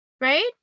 right